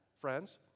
friends